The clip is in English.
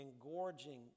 engorging